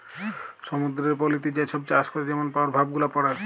সমুদ্দুরের পলিতে যে ছব চাষ ক্যরে যেমল পরভাব গুলা পড়ে